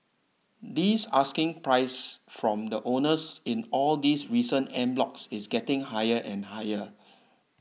this asking price from the owners in all these recent en blocs is getting higher and higher